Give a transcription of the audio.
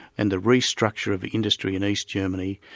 and the restructure of the industry in east germany,